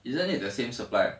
isn't it the same supply